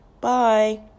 Bye